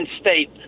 State